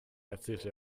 erzählte